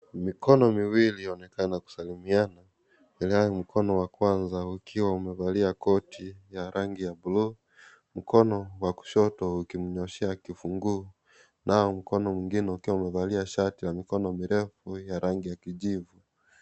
Mikono miwili yaonekana kusalimiana, ilhali mkono wa kwanza ukiwa umevalia koti ya rangi ya buluu , mkono wa kushoto ukimnyooshea kifunguu, nao mkono mwingine ukiwa umevalia shati la mikono mirefu ya rangi ya kijivu.